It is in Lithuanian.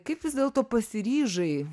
kaip vis dėlto pasiryžai